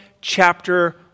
chapter